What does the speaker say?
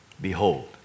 Behold